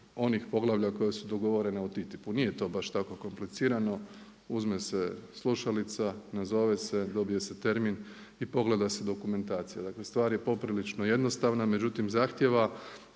onih poglavlja koja su dogovorena u TTIP-u. Nije to baš tako komplicirano, uzme se slušalica, nazove se, dobije se termin i pogleda se dokumentacija. Dakle stvar je poprilično jednostavna, međutim zahtijeva